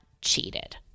cheated